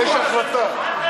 ועדה.